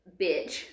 bitch